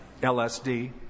LSD